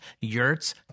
yurts